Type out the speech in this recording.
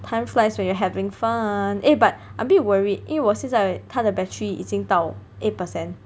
time flies when you're having fun eh but a bit worried 因为我现在他的 battery 已经到 eight percent